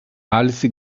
alice